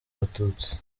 abatutsi